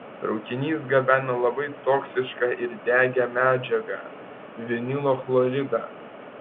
traukinys gabeno labai toksišką ir degią medžiagą vinilo chloridą